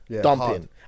dumping